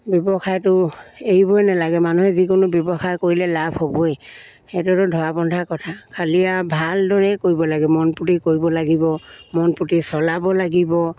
ব্যৱসায়টো এৰিবই নালাগে মানুহে যিকোনো ব্যৱসায় কৰিলে লাভ হ'বই সেইটোতো ধৰা বন্ধা কথা খালি আৰু ভালদৰেই কৰিব লাগে মন পুতি কৰিব লাগিব মন পুতি চলাব লাগিব